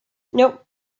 nope